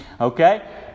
Okay